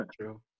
True